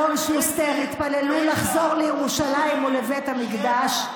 אלון שוסטר, התפללו לחזור לירושלים ולבית המקדש,